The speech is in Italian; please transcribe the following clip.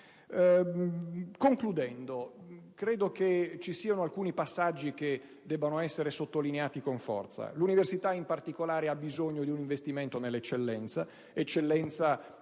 Concludendo, credo che ci siano alcuni passaggi che debbono essere sottolineati con forza. L'università, in particolare, ha bisogno di un investimento nell'eccellenza, in quelle